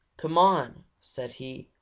come on! said he.